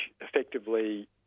effectively